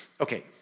Okay